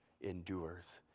endures